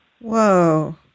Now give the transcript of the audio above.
Whoa